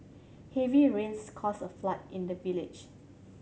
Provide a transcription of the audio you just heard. heavy rains caused a flood in the village